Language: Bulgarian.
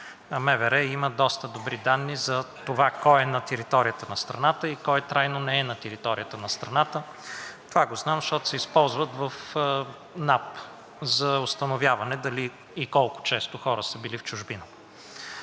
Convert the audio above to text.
а МВР има доста добри данни за това кой е на територията на страната и кой трайно не е на територията на страната. Това го знам, защото се използва в НАП за установяване дали и колко често хора са били в чужбина.